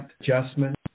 adjustment